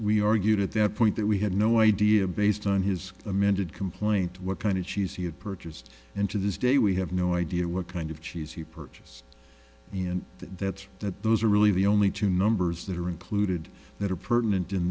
we argued at that point that we had no idea based on his amended complaint what kind of she's he had purchased and to this day we have no idea what kind of cheese he purchased and that's that those are really the only two numbers that are included that are pertinent in